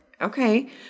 Okay